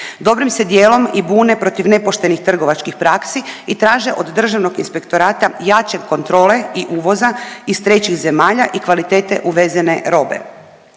Dobrim se dijelom i bune protiv nepoštenih trgovačkih praksi i traže od Državnog inspektorata jače kontrole i uvoza iz trećih zemalja i kvalitete uvezene robe.